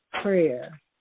prayer